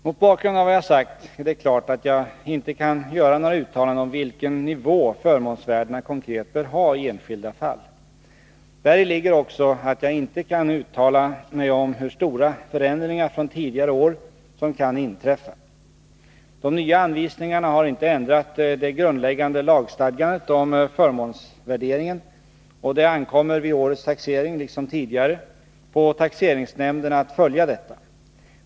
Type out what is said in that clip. Mot bakgrund av vad jag sagt är det klart att jag inte kan göra några uttalanden om vilken nivå förmånsvärdena konkret bör ha i enskilda fall. Däri ligger också att jag inte kan uttala mig om hur stora förändringar från tidigare år som kan inträffa. De nya anvisningarna har inte ändrat det grundläggande lagstadgandet om förmånsvärderingen, och det ankommer vid årets taxering, liksom tidigare, på taxeringsnämnderna att följa detta.